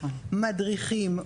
מדריכים,